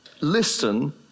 listen